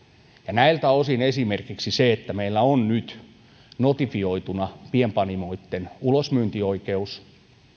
näiltä osin esimerkiksi se että meillä on nyt notifioituna pienpanimoitten ulosmyyntioikeus